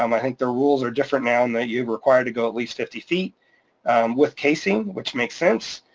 um i think their rules are different now and that you're required to go at least fifty feet with casing, which makes sense,